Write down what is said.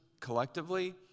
collectively